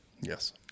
Yes